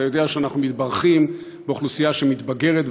אתה יודע שאנחנו מתברכים באוכלוסייה שהולכת ומתבגרת.